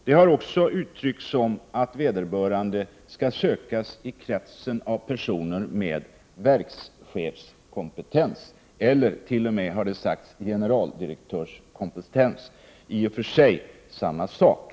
Man uttrycker sig också så, att vederbörande skall sökas i kretsen av personer med verkschefskompetens, ja, t.o.m. med generaldirek = Prot. 1988/89:120 törskompetens — i och för sig är det samma sak.